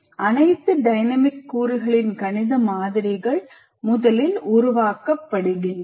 அனைத்து டைனமிக் கூறுகளின் கணித மாதிரிகள் முதலில் உருவாக்கப்படுகின்றன